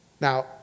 Now